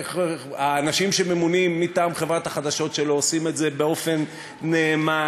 האנשים שממונים מטעם חברת החדשות שלו עושים את זה באופן נאמן,